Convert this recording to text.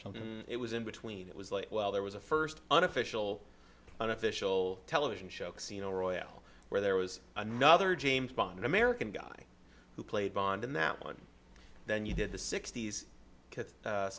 or something it was in between it was like well there was a first unofficial unofficial television show casino royale where there was another james bond an american guy who played bond in that one then you did the sixt